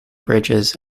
bridges